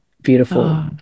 beautiful